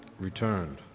Returned